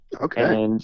okay